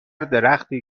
درختی